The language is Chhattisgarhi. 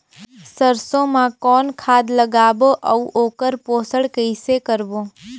सरसो मा कौन खाद लगाबो अउ ओकर पोषण कइसे करबो?